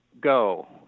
go